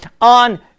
on